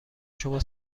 شما